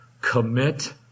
commit